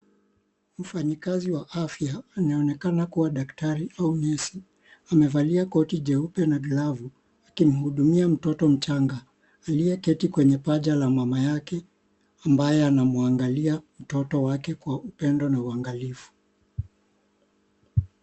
Mfanyikazi wa afya, anayeonekana kuwa daktari au nesi amevalia koti jeupe na glavu akimhudumia mtoto mchanga aliyeketi kwenye paja la mama yake ambaye anamwangalia mtoto wake kwa upendo na uangalifu.